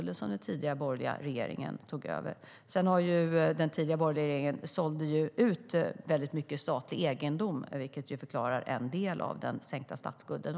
Den tidigare borgerliga regeringen sålde ut väldigt mycket statlig egendom, vilket förklarar en del av den sänkta statsskulden.